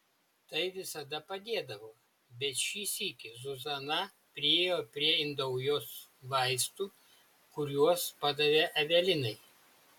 tai visada padėdavo bet šį sykį zuzana priėjo prie indaujos vaistų kuriuos padavė evelinai